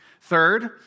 Third